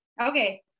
Okay